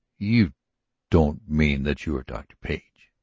you don't mean that you are dr. page?